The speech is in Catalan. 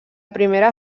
primera